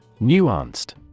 Nuanced